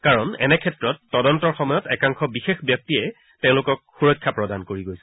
কাৰণ এনে ক্ষেত্ৰত তেওঁলোকৰ তদন্তৰ সময়ত একাংশ বিশেষ ব্যক্তিয়ে তেওঁলোকক সুৰক্ষা প্ৰদান কৰি গৈছিল